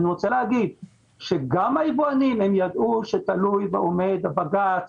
אני רוצה להגיד שגם היבואנים ידעו שתלוי ועומד הבג"ץ